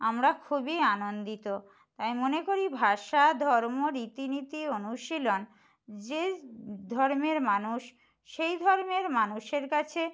আমরা খুবই আনন্দিত আমি মনে করি ভাষা ধর্ম রীতিনীতি অনুশীলন যে ধর্মের মানুষ সেই ধর্মের মানুষের কাছে